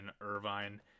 Irvine